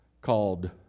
called